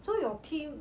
so your team